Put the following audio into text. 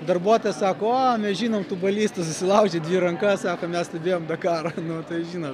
darbuotojas sako o mes žinom tu balys tu susilaužei dvi rankas sako mes stebėjom dakarą nu tai žino